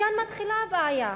מכאן מתחילה הבעיה.